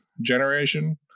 generation